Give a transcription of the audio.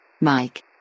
mike